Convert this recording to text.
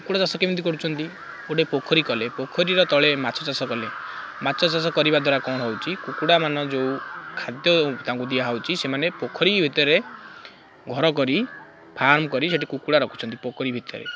କୁକୁଡ଼ା ଚାଷ କେମିତି କରୁଛନ୍ତି ଗୋଟେ ପୋଖରୀ କଲେ ପୋଖରୀର ତଳେ ମାଛ ଚାଷ କଲେ ମାଛ ଚାଷ କରିବା ଦ୍ୱାରା କଣ ହେଉଛି କୁକୁଡ଼ା ମାନ ଯେଉଁ ଖାଦ୍ୟ ତାଙ୍କୁ ଦିଆହେଉଛି ସେମାନେ ପୋଖରୀ ଭିତରେ ଘର କରି ଫାର୍ମ କରି ସେଠି କୁକୁଡ଼ା ରଖୁଛନ୍ତି ପୋଖରୀ ଭିତରେ